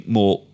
more